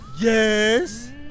Yes